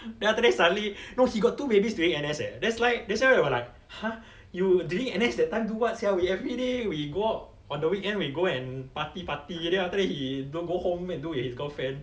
then after that suddenly no he got two babies during N_S eh that's like that's why we were like !huh! you during N_S that time do what sia we everyday we go out on the weekend we go and party party then after that he don't go home and do with his girlfriend